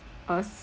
a